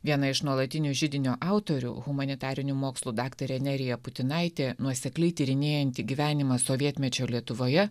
viena iš nuolatinio židinio autorių humanitarinių mokslų daktarė nerija putinaitė nuosekliai tyrinėjanti gyvenimą sovietmečio lietuvoje